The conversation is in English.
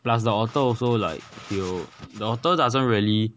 plus the otter also like 有 the otter doesn't really